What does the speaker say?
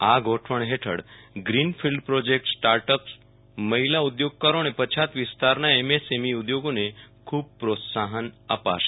આ ગોઠવણ હેઠળ ગ્રીન ફિલ્ડ પ્રોજેકટ સ્ટાર્ટઅપ્સ મહિલા ઉદ્યોગકારો અને પછાત વિસ્તારના એમએસએમઈ ઉદ્યોગોને ખૂબ પ્રોત્સાહન આપશે